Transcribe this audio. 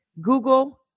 Google